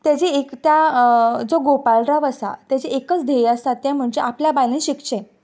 ताजी एकता जो गोपाळराव आसा ताजें एकच धेय आसा तें म्हणजे आपल्या बायलेन शिकचें